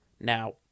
Now